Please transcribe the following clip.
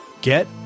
get